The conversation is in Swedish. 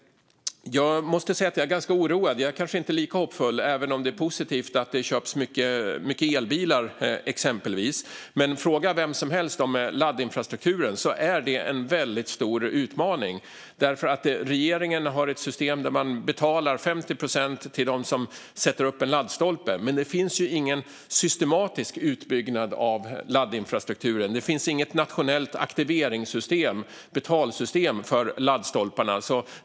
Jag måste säga att jag är ganska oroad. Jag är kanske inte lika hoppfull, även om det är positivt att det köps exempelvis många elbilar. Men fråga vem som helst om laddinfrastrukturen så är det en väldigt stor utmaning. Regeringen har ett system där man betalar 50 procent till dem som sätter upp en laddstolpe. Men det finns ingen systematisk utbyggnad av laddinfrastrukturen. Det finns inget nationellt aktiveringssystem och betalsystem för laddstolparna.